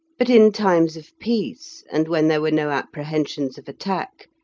but in times of peace, and when there were no apprehensions of attack,